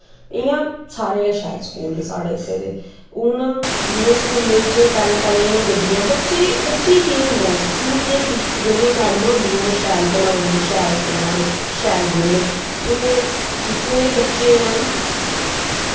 इयां सारे गै शैल स्कूल न साढ़े इत्थें दे हून इयां स्कूलें च पैह्लें पैह्लें इयां बड्डियां बच्चे बच्चे केह् होंदा स्कूल इयां जेह्ड़ियां मैड़मा होंदियां शैल पढ़ान शैल लखान शैल बोलन हून इत्थें दे बच्चें